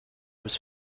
was